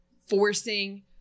forcing